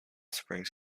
springs